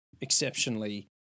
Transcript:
exceptionally